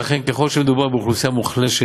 שאכן ככל שמדובר באוכלוסייה מוחלשת,